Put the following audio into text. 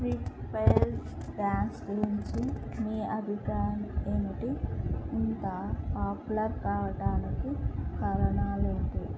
free style dance గురించి మీ అభిప్రాయం ఏమిటి ఇంత పాపులర్ కావడాానికి కారణాలేంటి